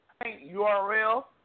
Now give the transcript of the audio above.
URL